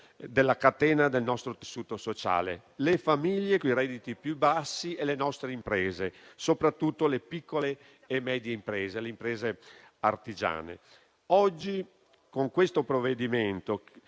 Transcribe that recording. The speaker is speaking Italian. della catena del nostro tessuto sociale: le famiglie con i redditi più bassi e le nostre imprese, soprattutto quelle piccole e medie e le imprese artigiane. Oggi con questo provvedimento